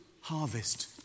harvest